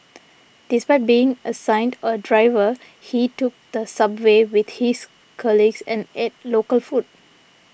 despite being assigned a driver he took the subway with his colleagues and ate local food